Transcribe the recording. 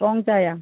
strong ചായ